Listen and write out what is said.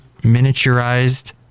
Miniaturized